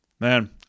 Man